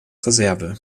reserve